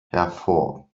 hervor